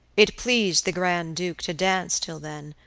it pleased the grand duke to dance till then,